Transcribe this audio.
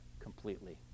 completely